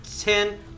ten